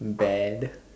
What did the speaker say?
bad